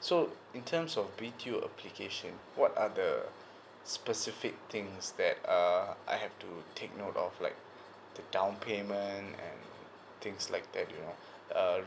so in terms of B_T_O application what are the specific things that uh I have to take note of like the down payment and things like that you know uh